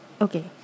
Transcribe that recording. Okay